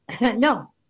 No